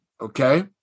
Okay